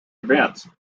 events